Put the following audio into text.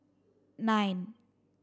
nine